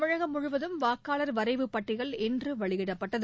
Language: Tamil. தமிழகம் முழுவதும் வாக்காளர் வரைவு பட்டியல் இன்று வெளியிடப்பட்டது